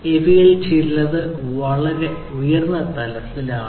ഇവയിൽ ചിലത് വളരെ ഉയർന്ന തലത്തിലാണ്